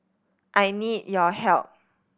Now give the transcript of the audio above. I need your help